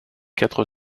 quatre